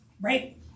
Right